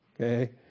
Okay